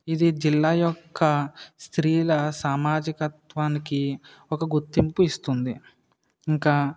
ఇది జిల్లా యొక్క స్త్రీల సామాజికత్వానికి ఒక గుర్తింపు ఇస్తుంది ఇంకా